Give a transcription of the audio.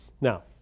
Now